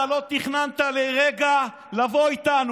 אתה לא תכננת לרגע לבוא איתנו.